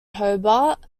hobart